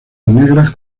negras